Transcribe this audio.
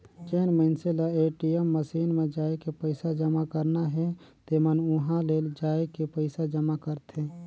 जेन मइनसे ल ए.टी.एम मसीन म जायके पइसा जमा करना हे तेमन उंहा ले जायके पइसा जमा करथे